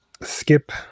Skip